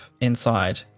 inside